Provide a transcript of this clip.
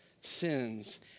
sins